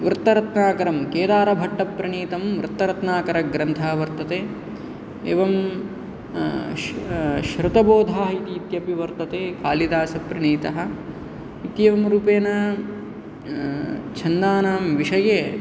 वृत्तरत्नाकरं केदारभट्टप्रणीतं वृत्तरत्नाकरग्रन्थः वर्तते एवं श्रुतबोधाः इत्यपि वर्तते कालिदासप्रणीतः इत्येवं रूपेण छन्दानां विषये